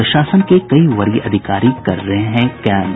प्रशासन के कई वरीय अधिकारी कर रहे हैं कैम्प